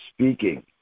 speaking